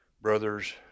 brothers